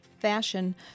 fashion